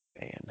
Man